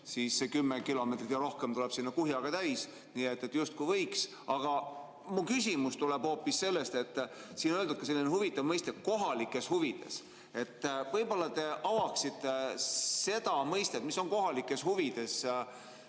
kilomeetrit ja rohkemgi tuleb kuhjaga täis. Nii et justkui võiks. Aga mu küsimus tuleb hoopis sellest, et siin on selline huvitav mõiste "kohalikes huvides". Võib-olla te avaksite seda mõistet, mis on kohalikes huvides?